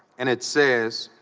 and it saves